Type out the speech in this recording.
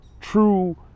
true